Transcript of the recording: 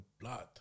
blood